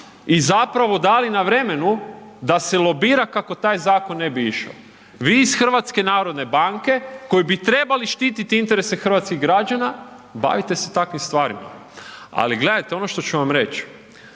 i zapravo dali na vremenu da se lobira kako taj zakon ne bi išao. Vi iz Hrvatske narodne banke koji bi trebali štititi interese hrvatskih građana bavite se takvim stvarima. Ali gledajte, ono što ću vam reći,